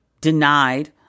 denied